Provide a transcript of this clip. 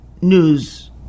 news